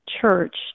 church